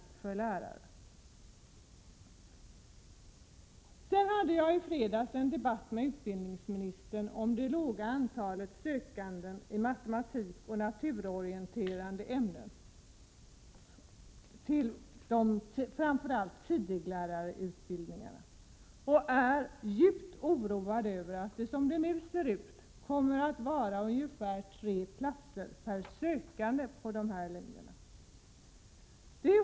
I fredags förde jag en debatt med utbildningsministern om det låga antalet sökande till matematik och naturorienterande ämnen till framför allt tidiglärarutbildningarna. Jag är djupt oroad över att det — som det nu ser ut — kommer att finnas tre platser per sökande till dessa linjer.